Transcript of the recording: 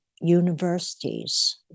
universities